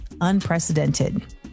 unprecedented